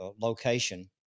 location